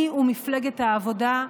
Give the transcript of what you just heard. אני ומפלגת העבודה,